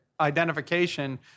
identification